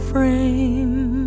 Frame